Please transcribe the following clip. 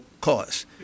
cause